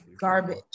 garbage